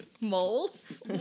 Moles